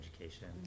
Education